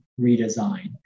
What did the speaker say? redesign